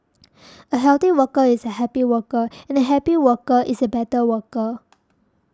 a healthy worker is a happy worker and a happy worker is a better worker